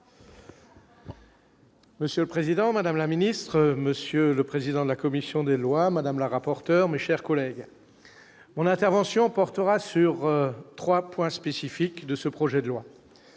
Monsieur le Président, Madame la Ministre, Monsieur le président de la commission des lois, madame la rapporteure, mes chers collègues, on a intervention portera sur 3 points spécifiques de ce projet de loi,